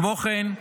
כמו כן,